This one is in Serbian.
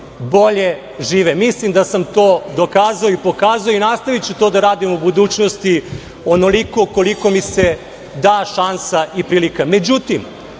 bolje žive. Mislim da sam to dokazao i pokazao i nastaviću to da radim u budućnosti onoliko koliko mi se da šansa i prilika.Međutim,